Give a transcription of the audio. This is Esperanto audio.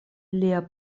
lia